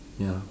ya